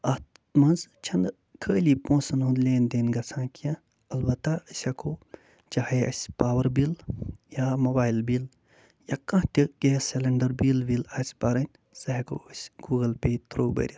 اَتھ منٛز چھنہٕ خٲلی پونٛسَن ہُنٛد لین دین گژھان کیٚنہہ البتہ أسۍ ہٮ۪کو چاہے اَسہِ پاوَر بِل یا موبایِل بِل یا کانٛہہ تہِ گیس سِلینٛڈَر بِل وِل آسہِ بَرٕنۍ سُہ ہٮ۪کَو أسۍ گوٗگٕل پے تھرٛو بٔرِتھ